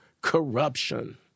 corruption